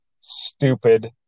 stupid